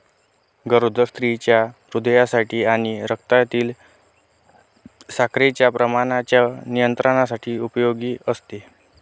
गरोदर स्त्रियांच्या हृदयासाठी आणि रक्तातील साखरेच्या प्रमाणाच्या नियंत्रणासाठी उपयोगी असते